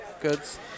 goods